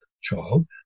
child